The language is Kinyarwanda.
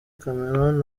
cameron